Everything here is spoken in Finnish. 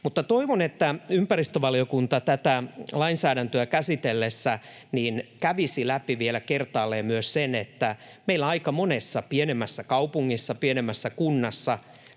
toivon, että ympäristövaliokunta tätä lainsäädäntöä käsitellessään kävisi läpi vielä kertaalleen myös sen, että meillä aika monessa pienemmässä kaupungissa, pienemmässä kunnassa